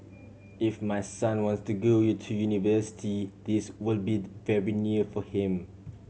if my son wants to go you to university this will be very near for him